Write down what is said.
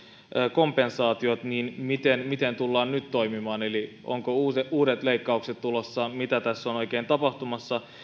kompensaatiot miten miten tullaan nyt toimimaan eli ovatko uudet uudet leikkaukset tulossa mitä tässä on oikein tapahtumassa